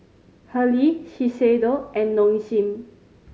Hurley Shiseido and Nong Shim